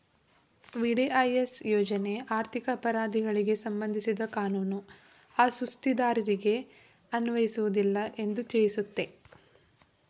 VDIS ಯೋಜ್ನ ಆರ್ಥಿಕ ಅಪರಾಧಿಗಳಿಗೆ ಸಂಬಂಧಿಸಿದ ಕಾನೂನು ಆ ಸುಸ್ತಿದಾರರಿಗೆ ಅನ್ವಯಿಸುವುದಿಲ್ಲ ಎಂದು ತಿಳಿಸುತ್ತೆ